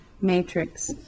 matrix